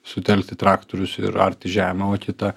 sutelkti traktorius ir arti žemę o kita